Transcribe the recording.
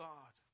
God